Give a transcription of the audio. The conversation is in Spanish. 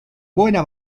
buena